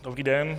Dobrý den.